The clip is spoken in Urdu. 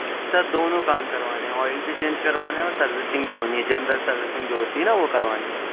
سر دونوں کام کروانے ہیں آئل بھی چینج کروانا ہے اور سروسنگ بھی ہونی ہے جنرل سروسنگ جو ہوتی ہے نا وہ کروانی ہے